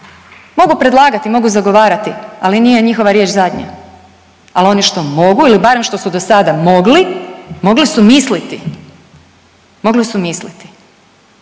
Mogu predlagati, mogu zagovarati, ali nije njihova riječ zadnja. Ali oni što mogu ili barem što su do sada mogli, mogli su misliti, mogli su misliti.